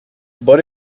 but